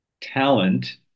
talent